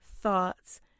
thoughts